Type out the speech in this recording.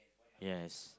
yes